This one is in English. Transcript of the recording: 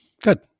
good